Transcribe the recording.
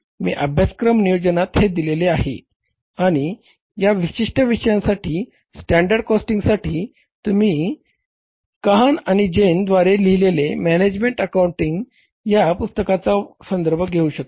मी अभ्यासक्रम नियोजनात हे दिले आहे आणि या विशिष्ट विषयासाठी स्टँडर्ड कॉस्टिंगसाठी तुम्ही काहन आणि जेन द्वारे लिहिलेले मॅनेजमेंट अकाउंटिंग या पुस्तकाचा संदर्भ घेऊ शकता